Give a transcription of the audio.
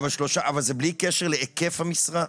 אבל זה בלי קשר להיקף המשרה?